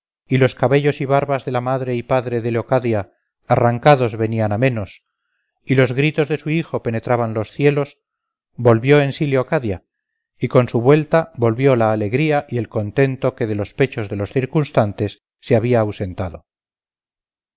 y los cabellos y barbas de la madre y padre de leocadia arrancados venían a menos y los gritos de su hijo penetraban los cielos volvió en sí leocadia y con su vuelta volvió la alegría y el contento que de los pechos de los circunstantes se había ausentado